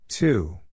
Two